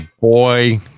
boy